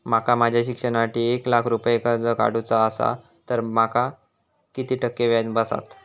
माका माझ्या शिक्षणासाठी एक लाख रुपये कर्ज काढू चा असा तर माका किती टक्के व्याज बसात?